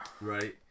Right